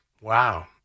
Wow